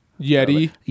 Yeti